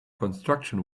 construction